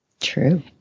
True